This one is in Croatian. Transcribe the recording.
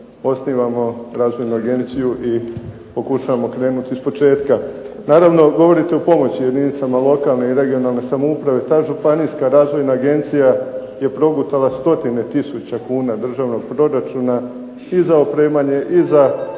osnivamo razvojnu agenciju i pokušavamo krenuti ispočetka. Naravno govorite o pomoći jedinicama lokalne i regionalne samouprave. Ta Županijska razvojna agencija je progutala stotine tisuća kuna državnog proračuna i za opremanje i za